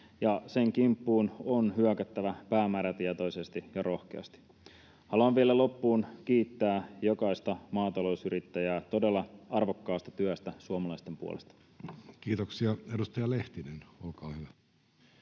sen kimppuun on hyökättävä päämäärätietoisesti ja rohkeasti. Haluan vielä loppuun kiittää jokaista maatalousyrittäjää todella arvokkaasta työstä suomalaisten puolesta. [Speech 197] Speaker: